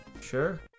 Sure